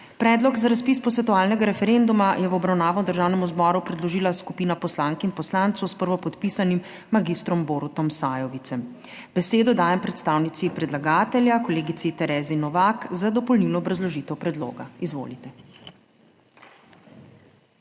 Predlog za razpis posvetovalnega referenduma je v obravnavo Državnemu zboru predložila skupina poslank in poslancev s prvopodpisanim magistrom Borutom Sajovicem. Besedo dajem predstavnici predlagatelja kolegici Luciji Tacer za dopolnilno obrazložitev predloga. Izvolite.